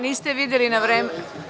Niste videli na vreme.